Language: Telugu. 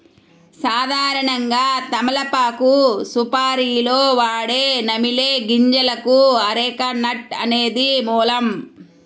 సాధారణంగా తమలపాకు సుపారీలో వాడే నమిలే గింజలకు అరెక నట్ అనేది మూలం